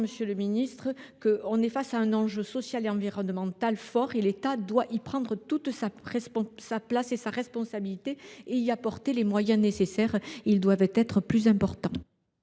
monsieur le ministre, nous faisons face à un enjeu social et environnemental fort. L’État doit y prendre toute sa place, toute sa responsabilité, et y apporter les moyens nécessaires. Ils doivent être plus importants.